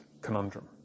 conundrum